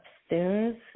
upstairs